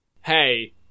Hey